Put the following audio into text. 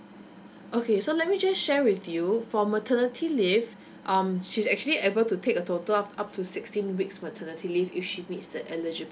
okay so let me just share with you for maternity leave um she's actually able to take a total of up to sixteen weeks maternity leave if she meets the eligibility